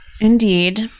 indeed